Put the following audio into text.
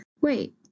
Wait